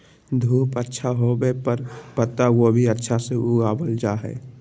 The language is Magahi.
धूप अच्छा होवय पर पत्ता गोभी अच्छा से उगावल जा हय